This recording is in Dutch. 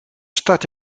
start